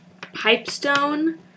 Pipestone